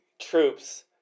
troops